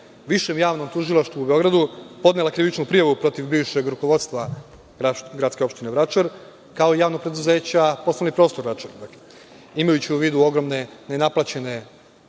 Višem javnom tužilaštvu u Beogradu podnela krivičnu prijavu protiv bivšeg rukovodstva GO Vračar, kao i Javnog preduzeća Poslovni prostor Vračar, imajući u vidu ogromne nenaplećene